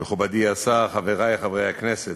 מכובדי השר, חברי חברי הכנסת,